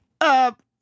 up